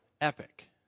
epic